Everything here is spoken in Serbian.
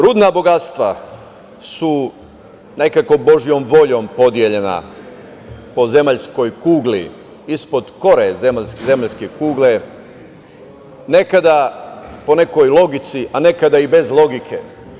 Rudna bogatstva su nekako božjom voljom podeljena po zemaljskoj kugli, ispod kore zemaljske kugle, nekada po nekoj logici, a nekada i bez logike.